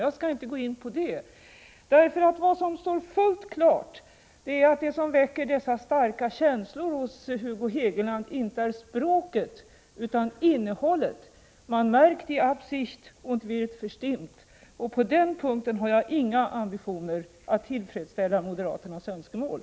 Jag skall inte gå in på detta, eftersom det står fullt klart att det inte är språket utan innehållet som väcker dessa starka känslor hos Hugo Hegeland. Man merkt die Absicht und wird verstimmt. På den punkten har jag inga ambitioner att tillfredsställa moderaternas önskemål.